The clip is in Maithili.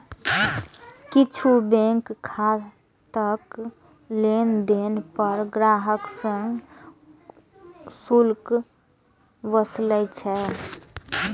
किछु बैंक खाताक लेनदेन पर ग्राहक सं शुल्क वसूलै छै